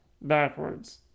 Backwards